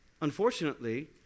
Unfortunately